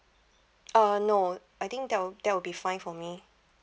uh no I think that will that will be fine for me